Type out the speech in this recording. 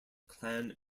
clan